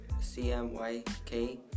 CMYK